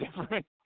different